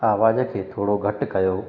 आवाज़ खे थोरो घटि कयो